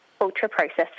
ultra-processed